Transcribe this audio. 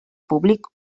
públic